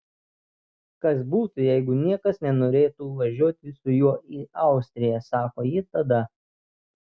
kas būtų jeigu niekas nenorėtų važiuoti su juo į austriją sako ji tada